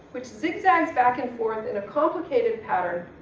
which zigzags back and forth in a complicated pattern,